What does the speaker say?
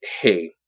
hey